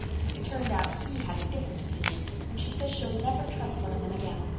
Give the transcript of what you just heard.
but it turned out he had a different opinion and she says she'll never trust one of them again.